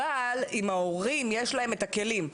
אבל אם ההורים יש להם את הכלים,